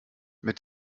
mit